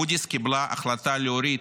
מודי'ס קיבלה החלטה להוריד,